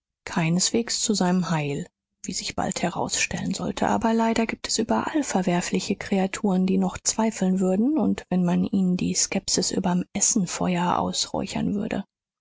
keineswegs zu seinem heil wie sich bald herausstellen sollte aber leider gibt es überall verwerfliche kreaturen die noch zweifeln würden und wenn man ihnen die skepsis überm essenfeuer ausräuchern würde